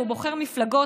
הוא בוחר מפלגות,